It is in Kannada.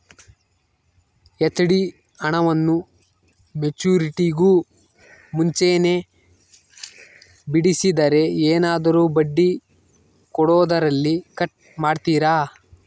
ಎಫ್.ಡಿ ಹಣವನ್ನು ಮೆಚ್ಯೂರಿಟಿಗೂ ಮುಂಚೆನೇ ಬಿಡಿಸಿದರೆ ಏನಾದರೂ ಬಡ್ಡಿ ಕೊಡೋದರಲ್ಲಿ ಕಟ್ ಮಾಡ್ತೇರಾ?